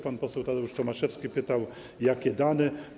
Pan poseł Tadeusz Tomaszewski pytał, jakie dane.